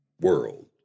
world